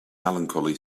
melancholy